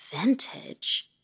Vintage